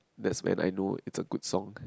that's when I know it's a good song